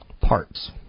Parts